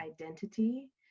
identity